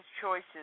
choices